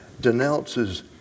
denounces